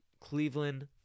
Cleveland